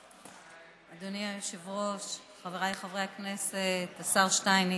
אדוני היושב-ראש, חבריי חברי הכנסת, השר שטייניץ,